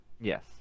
Yes